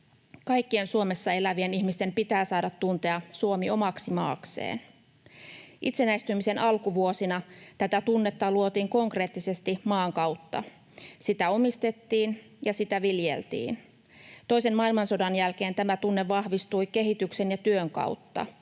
Kaikkien Suomessa elävien ihmisten pitää saada tuntea Suomi omaksi maakseen. Itsenäistymisen alkuvuosina tätä tunnetta luotiin konkreettisesti maan kautta. Sitä omistettiin ja sitä viljeltiin. Toisen maailmansodan jälkeen tämä tunne vahvistui kehityksen ja työn kautta.